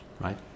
right